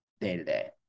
day-to-day